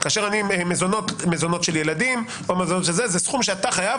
מזונות של ילדים זה סכום שאתה חייב,